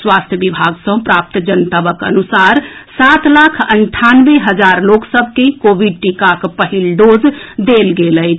स्वास्थ्य विभाग सँ प्राप्त जनतबक अनुसार सात लाख अंठानवे हजार लोक सभ के कोविड टीकाक पहिल डोज देल गेल अछि